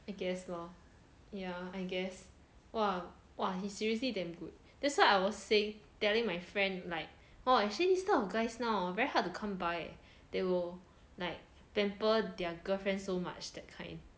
I guess lor yeah I guess !wah! !wah! he seriously damn good that's why I was saying telling my friend like orh actually this type of guys now very hard to come by leh they will like pamper their girlfriend so much that kind